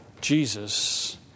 Jesus